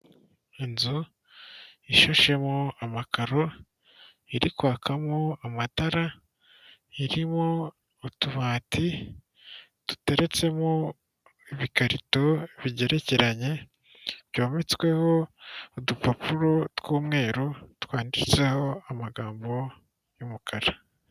Inzu ishashemo amakaro, iri kwakamo amatara, irimo utubati duteretsemo ibikarito bigerekeranye byometsweho udupapuro tw'umweru, twanditseho amagambo y'umukara.